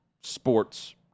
sports